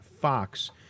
Fox